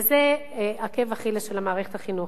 וזה עקב אכילס של מערכת החינוך.